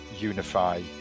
unify